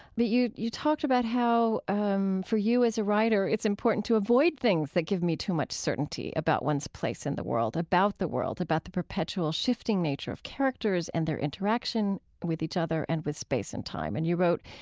but you you talked about how um for you as a writer it's important to avoid things that give me too much certainty about one's place in the world, about the world, about the perpetual shifting nature of characters and their interaction with each other and with space and time. and you wrote,